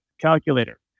calculator